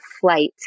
flight